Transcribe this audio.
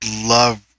love